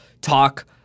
talk